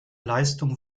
leistung